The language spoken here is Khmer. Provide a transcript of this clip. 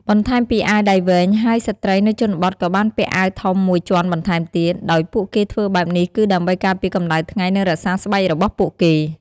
បន្ថែមពីអាដៃវែងហើយស្រ្តីនៅជនបទក៏បានពាក់អាវធំមួយជាន់បន្ថែមទៀត ដោយពួកគេធ្វើបែបនេះគឺដើម្បីការពារកម្ដៅថ្ងៃនិងរក្សាស្បែករបស់ពួកគេ។